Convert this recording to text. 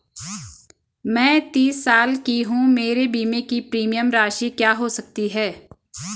मैं तीस साल की हूँ मेरे बीमे की प्रीमियम राशि क्या हो सकती है?